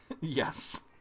Yes